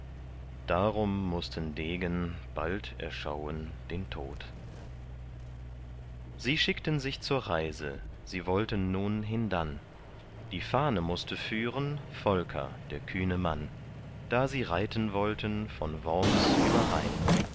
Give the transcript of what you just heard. darum mußten degen bald erschauen den tod sie schickten sich zur reise sie wollten nun hindann die fahne mußte führen volker der kühne mann da sie reiten wollten von worms über rhein